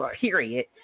Period